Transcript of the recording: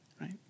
right